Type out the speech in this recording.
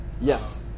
Yes